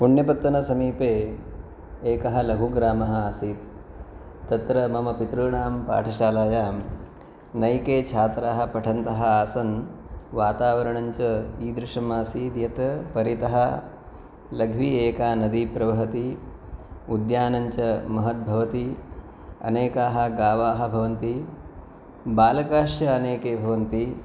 पुन्यपत्तनसमीपे एकः लघुग्रामः आसीत् तत्र मम पितॄणां पाठशालायां अनेके छात्राः पठन्तः आसन् वातावरणञ्च ईदृशम् आसीत् यत् परितः लघ्वी एका नदी प्रहवती उद्यानञ्च महत् भवति अनेकाः गावः भवन्ति बालकाश्च अनेके भवन्ति